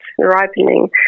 ripening